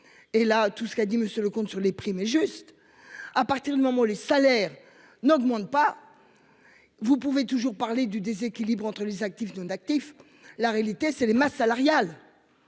Et là tout ce qu'a dit monsieur le comte sur les prix, mais juste à partir du moment où les salaires n'augmentent pas. Vous pouvez toujours parler du déséquilibre entre les actifs de d'actifs. La réalité c'est les masses salariales.